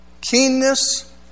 Keenness